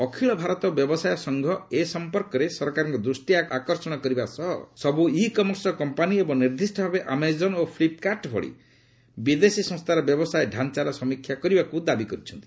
ଅଖିଳ ଭାରତ ବ୍ୟବସାୟ ସଂଘ ଏ ସମ୍ପର୍କରେ ସରକାରଙ୍କ ଦୃଷ୍ଟି ଆକର୍ଷଣ କରିବା ସହ ସବୁ ଇ କମର୍ସ କମ୍ପାନୀ ଏବଂ ନିର୍ଦ୍ଦିଷ୍ଟ ଭାବେ ଆମେଜନ୍ ଓ ଫ୍ଲିପ୍କାର୍ଟ ଭଳି ବିଦେଶୀ ସଂସ୍ଥାର ବ୍ୟବସାୟ ଢାଞ୍ଚାର ସମୀକ୍ଷା କରିବାକୁ ଦାବି କରିଛି